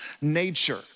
nature